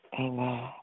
Amen